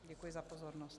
Děkuji za pozornost.